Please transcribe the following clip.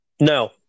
No